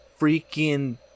freaking